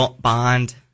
bond